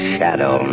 Shadow